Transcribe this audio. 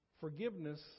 Forgiveness